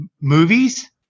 movies